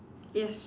yes